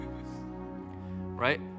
Right